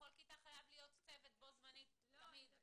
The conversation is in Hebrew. בכל כיתה חייב להיות צוות בו זמנית, תמיד.